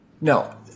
No